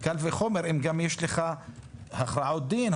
קל וחומר אם גם יש לך הכרעות דין,